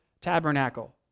tabernacle